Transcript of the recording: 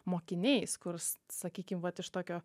mokiniais kur sakykim vat iš tokio